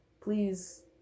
please